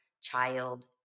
child